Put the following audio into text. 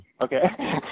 okay